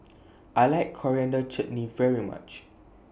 I like Coriander Chutney very much